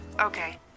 okay